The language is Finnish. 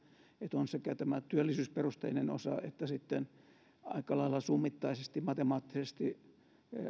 on sekä tämä työllisyysperusteinen osa että aika lailla summittaisesti matemaattisesti